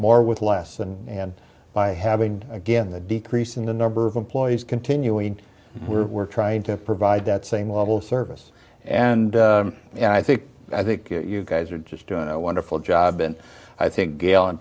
more with less and and by having again the decrease in the number of employees continuing we were trying to provide that same mobile service and you know i think i think your guys are just doing a wonderful job and i think gail in